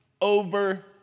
over